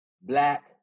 Black